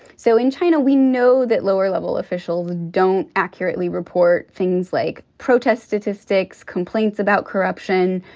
so in china, we know that lower level officials don't accurately report things like protest statistics, complaints about corruption,